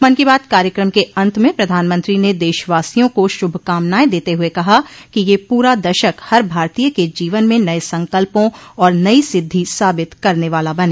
मन की बात कायक्रम के अन्त में प्रधानमंत्री ने देशवासियों को शुभकामनायें देते हुए कहा कि यह पूरा दशक हर भारतीय के जीवन में नये संकल्पों और नयी सिद्वी साबित करने वाला बने